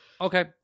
okay